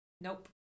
Nope